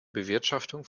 bewirtschaftung